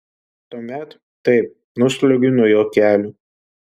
tuomet taip nusliuogiu nuo jo kelių